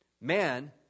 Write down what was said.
Man